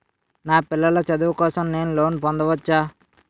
నా పిల్లల చదువు కోసం నేను లోన్ పొందవచ్చా?